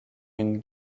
une